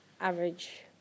average